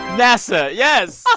nasa, yes.